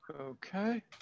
Okay